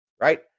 right